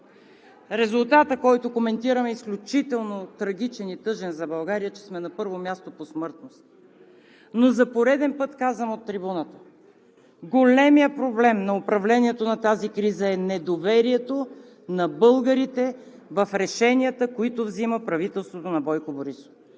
Резултатът, който коментираме, е изключително трагичен и тъжен за България – че сме на първо място по смъртност. Но за пореден път казвам от трибуната: големият проблем на управлението на тази криза е недоверието на българите в решенията, които взима правителството на Бойко Борисов.